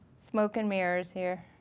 smoke and mirrors here.